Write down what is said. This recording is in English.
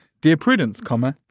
dear prudence, comma.